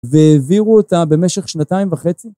והעבירו אותה במשך שנתיים וחצי